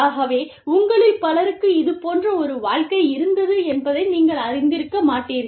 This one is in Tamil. ஆகவே உங்களில் பலருக்கு இதுபோன்ற ஒரு வாழ்க்கை இருந்தது என்பதை நீங்கள் அறிந்திருக்க மாட்டீர்கள்